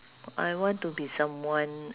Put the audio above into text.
I want to be someone